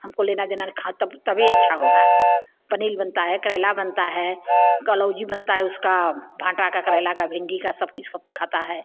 हम को लेना देना ना खा तब तभी अच्छा होगा पनीर बनता है करेला बनता हैं कलौंजी बनता है उसका भाँटा का करेले का भिंडी का सब कुछ सब खाते हैं